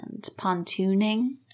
pontooning